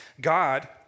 God